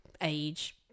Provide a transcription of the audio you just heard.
age